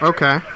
Okay